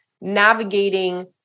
navigating